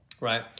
Right